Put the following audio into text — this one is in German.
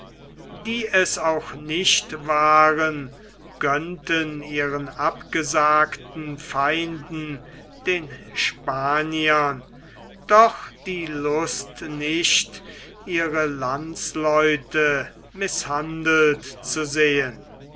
die es auch nicht waren gönnten ihren abgesagten feinden den spaniern doch die lust nicht ihre landsleute mißhandelt zu sehen